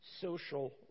social